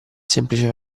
semplice